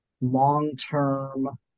long-term